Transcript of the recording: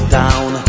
down